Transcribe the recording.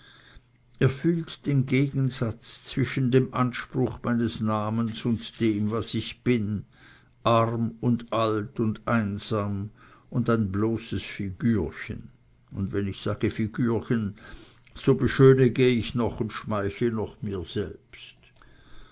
er fühlt den gegensatz zwischen dem anspruch meines namens und dem was ich bin arm und alt und einsam und ein bloßes figürchen und wenn ich sage figürchen so beschönige ich noch und schmeichle noch mir selbst